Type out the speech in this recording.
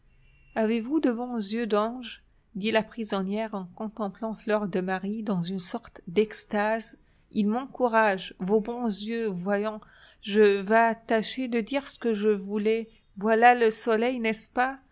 avez-vous de bons yeux d'ange dit la prisonnière en contemplant fleur de marie dans une sorte d'extase ils m'encouragent vos bons yeux voyons je vas tâcher de dire ce que je voulais voilà le soleil n'est-ce pas